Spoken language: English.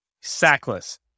sackless